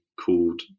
called